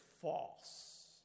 false